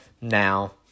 now